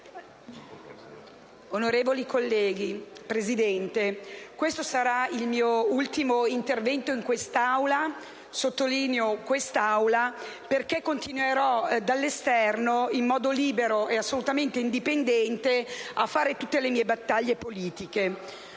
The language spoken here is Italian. onorevoli colleghi, questo sarà il mio ultimo intervento in quest'Aula (sottolineo in quest'Aula, perché continuerò dall'esterno, in modo libero e assolutamente indipendente, a condurre tutte le mie battaglie politiche